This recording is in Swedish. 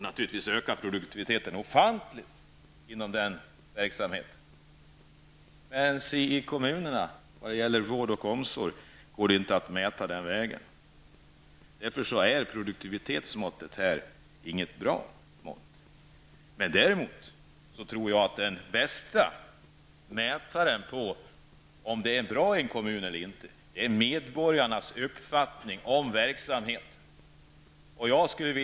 Naturligtvis ökar produktiviteten ofantligt inom verksamheter där så sker. Men si i kommunerna går det inte vad gäller vård och omsorg att göra sådana mätningar. Därför är produktivitetsmåttet inte något bra mått i kommunala sammanhang. Däremot tror jag att den bästa mätaren på vad som är bra i en kommun eller inte är medborgarnas egen uppfattning om den kommunala verksamheten.